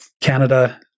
Canada